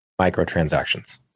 microtransactions